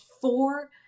four